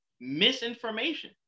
misinformation